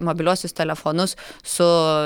mobiliuosius telefonus su